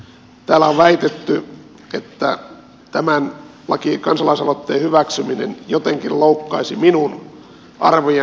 täällä on väitetty että tämän kansalaisaloitteen hyväksyminen jotenkin loukkaisi minun arvojani